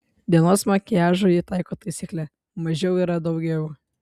dienos makiažui ji taiko taisyklę mažiau yra daugiau